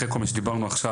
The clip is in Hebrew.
אחרי כל מה שדיברנו עכשיו,